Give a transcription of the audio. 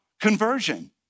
conversion